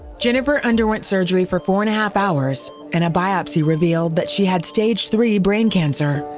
jennifer underwent surgery for four and a half hours and a biopsy revealed but she had stage three brain cancer,